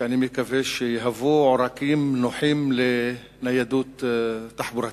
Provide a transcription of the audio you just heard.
שאני מקווה שיהוו עורקים נוחים לניידות תחבורתית.